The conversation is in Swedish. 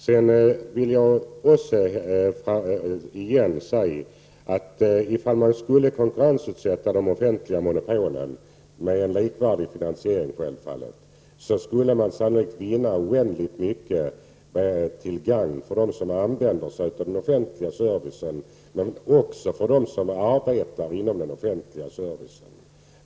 Jag vill återigen säga att man, om vi skulle konkurrensutsätta de offentliga monopolen, med en likvärdig finansiering, sannolikt skulle vinna oändligt mycket till gagn för dem som använder sig av den offentliga servicen och också för dem som arbetar inom den offentliga servicen.